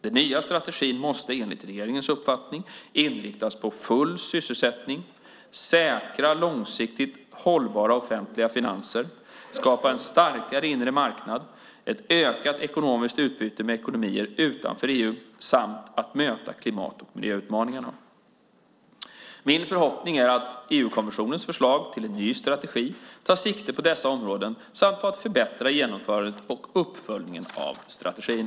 Den nya strategin måste, enligt regeringens uppfattning, inriktas på full sysselsättning, säkra långsiktigt hållbara offentliga finanser, skapa en starkare inre marknad, ökat ekonomiskt utbyte med ekonomier utanför EU samt möta klimat och miljöutmaningarna. Min förhoppning är att EU-kommissionens förslag till ny strategi tar sikte på dessa områden samt på att förbättra genomförande och uppföljning av strategin.